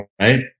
right